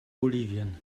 bolivien